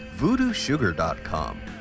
VoodooSugar.com